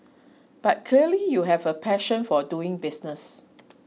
but clearly you have a passion for doing business